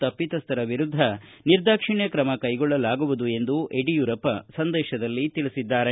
ತಪ್ಪಿತಸ್ಥರ ವಿರುದ್ದ ನಿರ್ದಾಕ್ಷಿಣ್ಯ ಕ್ರಮ ಕೈಗೊಳ್ಳಲಾಗುವುದು ಎಂದು ಯಡಿಯೂರಪ್ಪ ಸಂದೇತದಲ್ಲಿ ತಿಳಿಸಿದ್ದಾರೆ